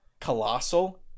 colossal